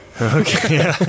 Okay